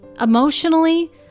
emotionally